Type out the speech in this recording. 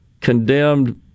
condemned